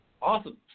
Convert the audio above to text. Awesome